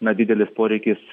na didelis poreikis